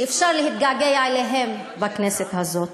שאפשר להתגעגע אליהם בכנסת הזאת,